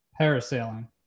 Parasailing